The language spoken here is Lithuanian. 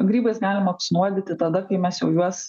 grybais galima apsinuodyti tada kai mes jau juos